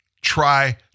try